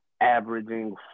averaging